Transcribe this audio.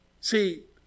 See